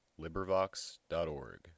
LibriVox.org